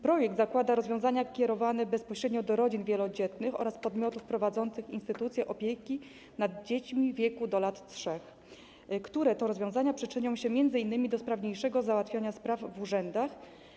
Projekt zakłada rozwiązania kierowane bezpośrednio do rodzin wielodzietnych oraz podmiotów prowadzących instytucje opieki nad dziećmi w wieku do lat 3, które to rozwiązania przyczynią się m.in. do sprawniejszego załatwiania spraw w urzędach.